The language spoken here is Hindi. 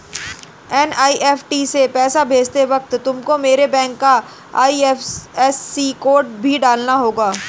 एन.ई.एफ.टी से पैसा भेजते वक्त तुमको मेरे बैंक का आई.एफ.एस.सी कोड भी डालना होगा